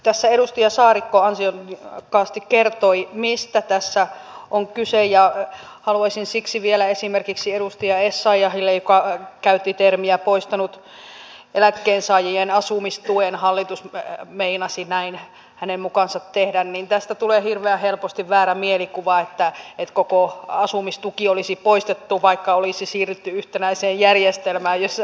tässä edustaja saarikko ansiokkaasti kertoi mistä tässä on kyse ja haluaisin siksi sanoa vielä esimerkiksi edustaja essayahille joka käytti termiä poistanut eläkkeensaajien asumistuen hallitus meinasi näin hänen mukaansa tehdä että tästä tulee hirveän helposti väärä mielikuva että koko asumistuki olisi poistettu vaikka olisi siirrytty yhtenäiseen järjestelmään jossa nämä on yhdistetty